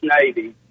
Navy